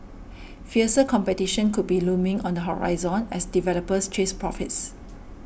fiercer competition could be looming on the horizon as developers chase profits